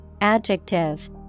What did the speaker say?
adjective